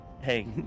Hey